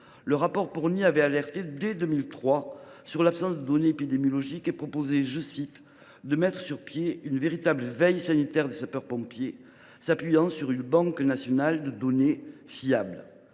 le rapport Pourny alertait sur l’absence de données épidémiologiques et préconisait « de mettre sur pied une véritable veille sanitaire des sapeurs pompiers s’appuyant sur une banque nationale de données (BND) fiable ».